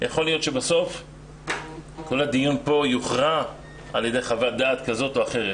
יכול להיות שבסוף כל הדיון פה יוכרע על ידי חוות דעת כזאת או אחרת,